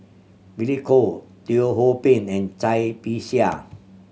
Billy Koh Teo Ho Pin and Cai Bixia